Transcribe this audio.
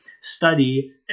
study